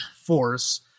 force